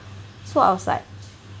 so I was like